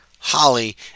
Holly